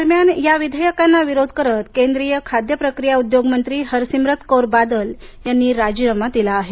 दरम्यान या विधेयकांना विरोध करत केंद्रीय खाद्य प्रक्रिया उद्योग मंत्री हरसिमरत कौर बादल यांनी राजीनामा दिला आहे